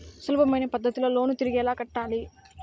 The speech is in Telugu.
సులభమైన పద్ధతిలో లోను తిరిగి ఎలా కట్టాలి